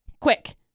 quick